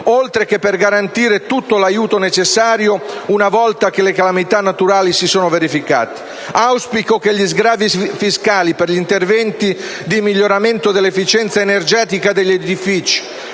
oltre che per garantire tutto l'aiuto necessario una volta che le calamità naturali si siano verificate. Auspico che gli sgravi fiscali per gli interventi di miglioramento dell'efficienza energetica degli edifici